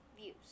views